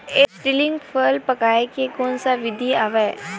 Acetylene फल पकाय के कोन सा विधि आवे?